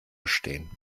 stehen